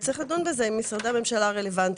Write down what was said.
צריך לדון בזה עם משרדי הממשלה הרלוונטיים.